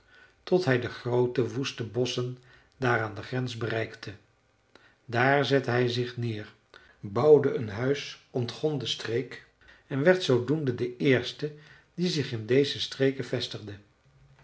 tot hij de groote woeste bosschen daar aan de grens bereikte daar zette hij zich neer bouwde een huis ontgon de streek en werd zoodoende de eerste die zich in deze streken vestigde